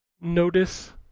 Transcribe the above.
notice